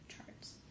charts